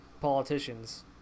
politicians